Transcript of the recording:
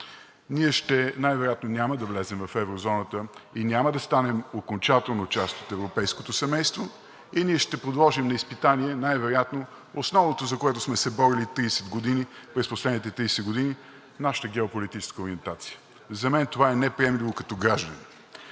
Ние най-вероятно няма да влезем в еврозоната и няма да станем окончателно част от европейското семейство и ние ще подложим на изпитание най-вероятно основното, за което сме се борили 30 години – нашата геополитическа ориентация. За мен това е неприемливо като гражданин.